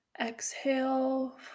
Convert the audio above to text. Exhale